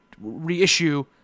reissue